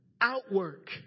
outwork